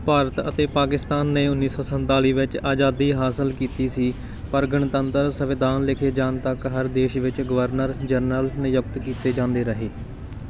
ਭਾਰਤ ਅਤੇ ਪਾਕਿਸਤਾਨ ਨੇ ਉੱਨੀ ਸੌ ਸੰਤਾਲ਼ੀ ਵਿੱਚ ਆਜ਼ਾਦੀ ਹਾਸਲ ਕੀਤੀ ਸੀ ਪਰ ਗਣਤੰਤਰ ਸੰਵਿਧਾਨ ਲਿਖੇ ਜਾਣ ਤੱਕ ਹਰ ਦੇਸ਼ ਵਿੱਚ ਗਵਰਨਰ ਜਨਰਲ ਨਿਯੁਕਤ ਕੀਤੇ ਜਾਂਦੇ ਰਹੇ